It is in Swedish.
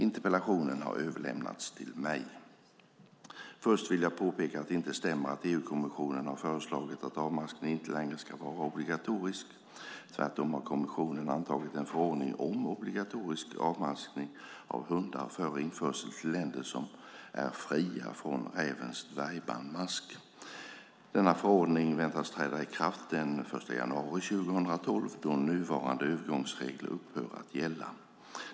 Interpellationen har överlämnats till mig. Först vill jag påpeka att det inte stämmer att EU-kommissionen har föreslagit att avmaskning inte längre ska vara obligatoriskt. Tvärtom har kommissionen antagit en förordning om obligatorisk avmaskning av hundar före införsel till länder som är fria från rävens dvärgbandmask. Denna förordning väntas träda i kraft den 1 januari 2012 då nuvarande övergångsregler upphör att gälla.